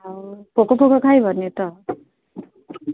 ଆଉ ପୋକ ଫୋକ ଖାଇବନି ତ